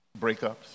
breakups